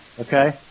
okay